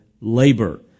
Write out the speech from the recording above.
labor